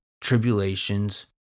tribulations